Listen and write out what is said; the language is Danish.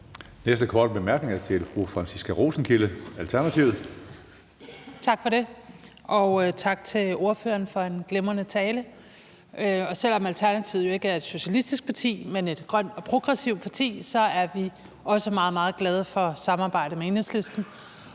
næste korte bemærkning er til fru Franciska Rosenkilde, Alternativet. Kl. 17:19 Franciska Rosenkilde (ALT): Tak for det, og tak til ordføreren for en glimrende tale. Selv om Alternativet jo ikke er et socialistisk parti, men et grønt og progressivt parti, er vi også meget, meget glade for samarbejdet med Enhedslisten